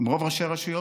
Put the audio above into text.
עם רוב ראשי הרשויות,